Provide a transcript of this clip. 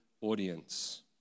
audience